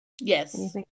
Yes